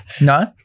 no